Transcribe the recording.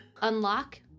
Unlock